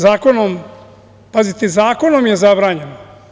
Zakonom, pazite, zakonom je zabranjeno.